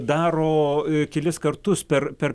daro kelis kartus per per